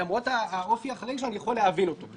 למרות האופי החריג של הדבר הזה אני יכול להבין את ההיגיון שלו.